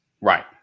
Right